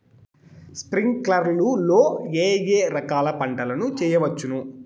స్ప్రింక్లర్లు లో ఏ ఏ రకాల పంటల ను చేయవచ్చును?